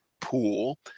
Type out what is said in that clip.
pool